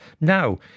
Now